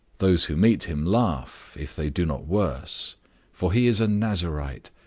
those who meet him laugh, if they do not worse for he is a nazarite,